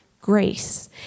grace